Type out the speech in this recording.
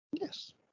Yes